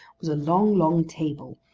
was a long, long table,